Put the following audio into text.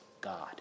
God